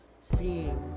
Seeing